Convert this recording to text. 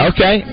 Okay